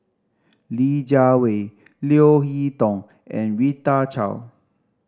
Li Jiawei Leo Hee Tong and Rita Chao